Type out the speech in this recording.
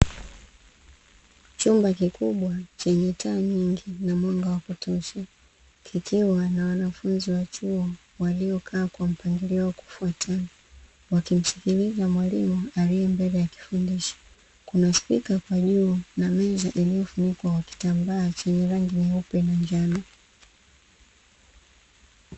Chumba kikubwa chenye taa nyingi na mwanga wa kutosha kikiwa na wanafunzi wa chuo waliokaa kwa mpangilio wa kufuatana wakimsikiliza mwalimu aliyembele akifundisha. Kuna spika kwa juu na meza iliyofunikwa kwa kitambaa chenye rangi nyeupe na njano.